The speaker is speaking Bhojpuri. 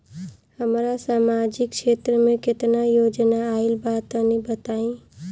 हमरा समाजिक क्षेत्र में केतना योजना आइल बा तनि बताईं?